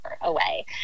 away